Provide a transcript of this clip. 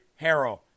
Harrell